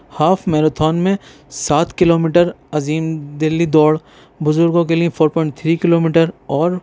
half marathon میں سات kilometre عظیم دِلّی دوڑ بزرگوں کے لئے four point three kilometre اور